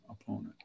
opponent